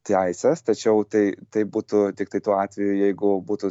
teises tačiau tai taip būtų tiktai tuo atveju jeigu būtų